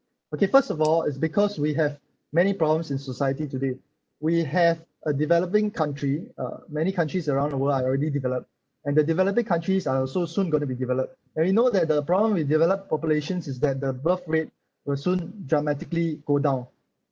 okay first of all it's because we have many problems in society today we have a developing country uh many countries around the world are already developed and the developing countries are so soon going to be developed and you know that the problem with developed populations is that the birth rate will soon dramatically go down